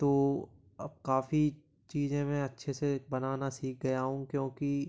तो अब काफ़ी चीजें मैं अच्छे से बनाना सीख गया हूँ क्योंकि